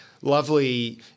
lovely